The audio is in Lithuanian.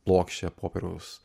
plokščią popieriaus